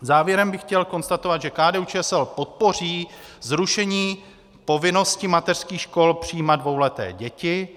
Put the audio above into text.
Závěrem bych chtěl konstatovat, že KDUČSL podpoří zrušení povinnosti mateřských škol přijímat dvouleté děti.